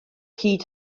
hyd